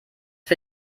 für